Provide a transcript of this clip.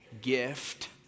gift